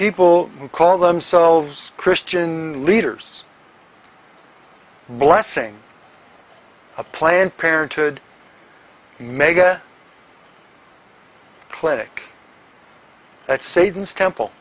people who call themselves christian leaders blessing a planned parenthood mega clinic